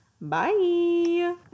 Bye